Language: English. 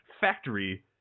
factory